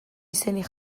izenik